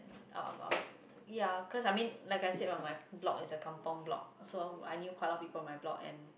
um um ya cause I mean like I said my block is a kampung block so I knew quite a lot of people in my block and